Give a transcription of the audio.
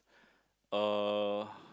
uh